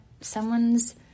someone's